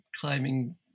climbing